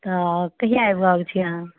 तऽ कहिआ आबि रहल छी अहाँ